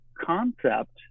concept